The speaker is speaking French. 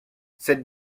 cette